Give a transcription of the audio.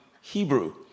Hebrew